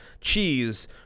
cheese